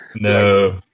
No